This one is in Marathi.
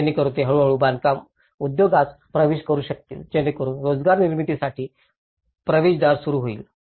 जेणेकरून ते हळूहळू बांधकाम उद्योगात प्रवेश करू शकतील जेणेकरून रोजगार निर्मितीसाठी प्रवेशद्वारही सुरू होईल